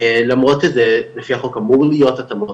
למרות שזה לפי החוק אמור להיות התאמות,